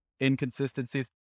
inconsistencies